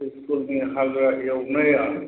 हाग्रा एवनाया